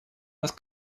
нас